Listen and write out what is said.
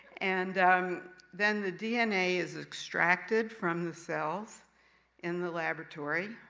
and um then the dna is extracted from the cells in the laboratory.